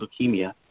leukemia